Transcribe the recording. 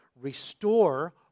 restore